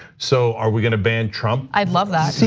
so are we gonna ban trump? i love that.